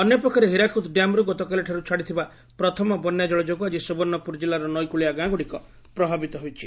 ଅନ୍ୟପକ୍ଷରେ ହୀରାକୁଦ ଡ୍ୟାମ୍ରୁ ଗତକାଲିଠାରୁ ଛାଡ଼ିଥିବା ପ୍ରଥମ ବନ୍ୟାଜଳ ଯୋଗୁଁ ଆଜି ସୁବର୍ଷପୁର ଜିଲ୍ଲାର ନଇକୁଳିଆ ଗାଁଗୁଡ଼ିକ ପ୍ରଭାବିତ ହୋଇଛି